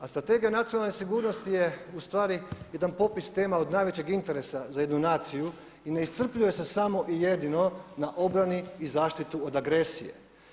A Strategija nacionalne sigurnosti je ustvari jedan popis tema od najvećeg interesa za jednu naciju i ne iscrpljuje se samo i jedino na obrani i zaštiti od agresije.